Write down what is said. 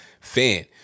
fan